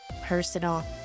personal